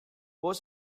poz